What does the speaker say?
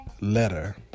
letter